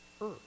earth